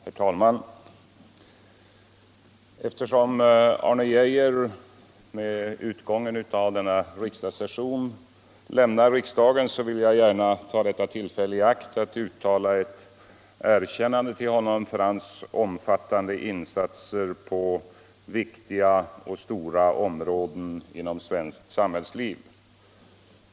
Herr talman! Eftersom Arne Geijer vid utgången av detta riksmöte lämnar riksdagen, vill jag gärna ta detta tillfälle i akt att uttala ett erkännande till honom för hans omfattande insatser på viktiga och stora områden inom svenskt samhällsliv.